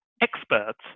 experts